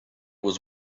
was